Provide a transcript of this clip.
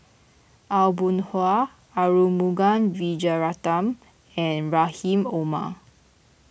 Aw Boon Haw Arumugam Vijiaratnam and Rahim Omar